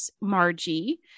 Margie